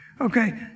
Okay